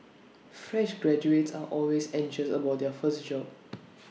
fresh graduates are always anxious about their first job